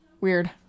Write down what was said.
Weird